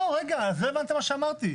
רגע, לא הבנת מה שאמרתי.